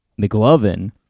McLovin